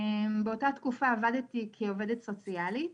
באותה התקופה עבדתי כעובדת סוציאלית,